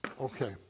Okay